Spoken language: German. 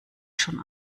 schon